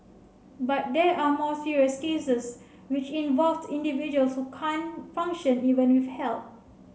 but there are more serious cases which involve individuals who can't function even with help